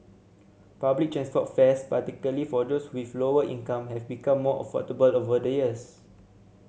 public transport fares particularly for those with lower income have become more affordable over the years